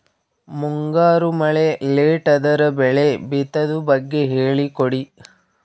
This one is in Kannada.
ಮುಂಗಾರು ಮಳೆ ಲೇಟ್ ಅದರ ಬೆಳೆ ಬಿತದು ಬಗ್ಗೆ ಹೇಳಿ ಕೊಡಿ?